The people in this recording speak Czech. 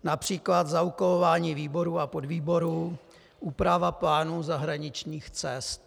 Například zaúkolování výborů a podvýborů, úprava plánů zahraničních cest.